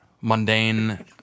mundane